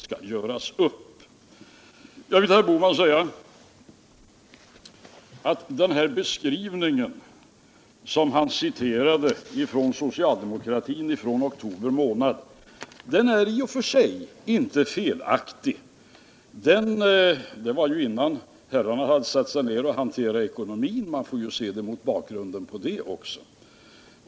Den beskrivning av vårt ekonomiska läge som socialdemokraterna gav i oktober 1976 och som herr Bohman citerade är i och för sig inte felaktig. Det var innan herrarna hade satt sig ned att hantera ekonomin —- man kan ju se det mot den bakgrunden också.